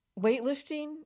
Weightlifting